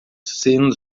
sendo